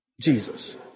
Jesus